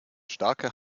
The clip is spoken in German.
starke